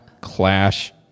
Clash